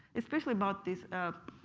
especially about these